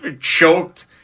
Choked